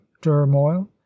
turmoil